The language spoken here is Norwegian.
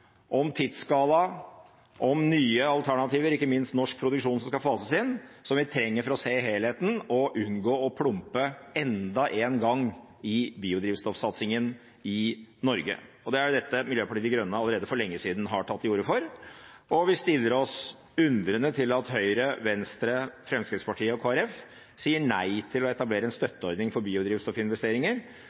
om tidsskala, om nye alternativer, ikke minst norsk produksjon som skal fases inn, som vi trenger for å se helheten og unngå å plumpe enda en gang i biodrivstoffsatsingen i Norge. Det er dette Miljøpartiet De Grønne allerede for lenge siden har tatt til orde for, og vi stiller oss undrende til at Høyre, Venstre, Fremskrittspartiet og Kristelig Folkeparti sier nei til å etablere en støtteordning for biodrivstoffinvesteringer